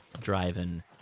driving